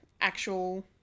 actual